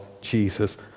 Jesus